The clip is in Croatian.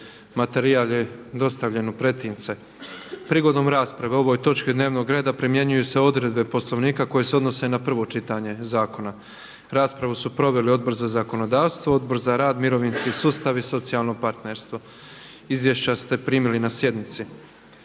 Materijal je dostavljen u pretince. Prigodom rasprave o ovoj točki dnevnog reda primjenjuju se odredbe Poslovnika koje se odnose na 1. čitanje zakona. Raspravu su proveli Odbor za zakonodavstvo, Odbor za rad, mirovinski sustav i socijalno partnerstvo. Izvješća ste primili na sjednici.